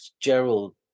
gerald